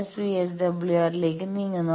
S വിഎസ്ഡബ്ല്യുആറി ലേക്ക് നീങ്ങുന്നു